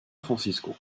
francisco